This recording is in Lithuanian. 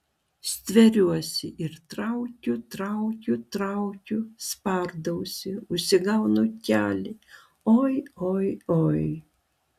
stveriuosi ir traukiu traukiu traukiu spardausi užsigaunu kelį oi oi oi